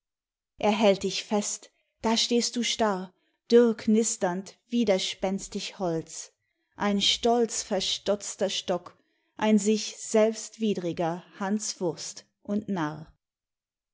er hält dich fest da stehst du starr dürrknisternd widerspenstig holz ein stolzverstotzter stock ein sich selbst widriger hanswurst und narr